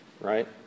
right